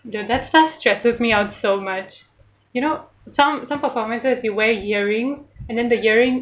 dude that stuff stresses me out so much you know some some performances you wear earrings and then the earring